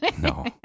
No